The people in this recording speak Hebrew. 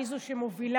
אני זו שמובילה,